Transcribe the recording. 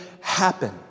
happen